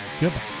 Goodbye